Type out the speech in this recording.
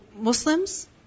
Muslims